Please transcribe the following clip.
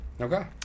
Okay